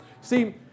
See